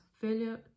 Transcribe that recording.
failure